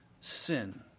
sin